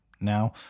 now